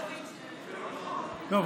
טוב,